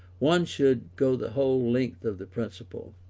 one should go the whole length of the principle.